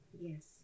Yes